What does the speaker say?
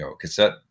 cassette